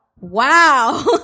Wow